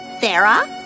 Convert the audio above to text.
Sarah